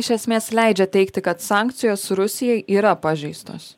iš esmės leidžia teigti kad sankcijos rusijai yra pažeistos